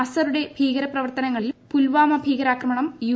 അസറുടെ ഭീകര പ്രവർത്തനങ്ങളിൽ പുൽവാമ ഭീകരാക്രമണം യു